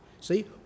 See